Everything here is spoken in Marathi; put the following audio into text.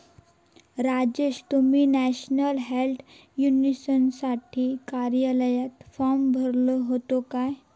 राजेश, तुम्ही नॅशनल हेल्थ इन्शुरन्ससाठी कार्यालयात फॉर्म भरलो होतो काय?